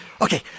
Okay